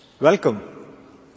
Welcome